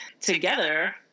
together